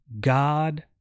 God